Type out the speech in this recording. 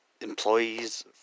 employees